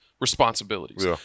responsibilities